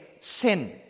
sin